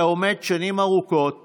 אתה עומד שנים ארוכות